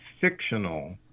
fictional